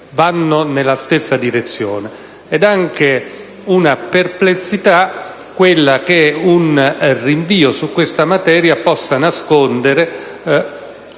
vanno nella stessa direzione. È emersa anche la perplessità che un rinvio di questa materia possa nascondere